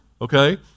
Okay